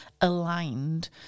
aligned